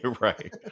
right